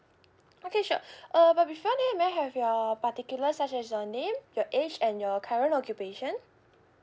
okay sure uh but before that may I have your particulars such as your name your age and your current occupation